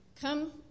Come